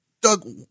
Doug